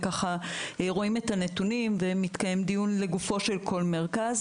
רואים את הנתונים ומתקיים דיון לגופו של כל מרכז.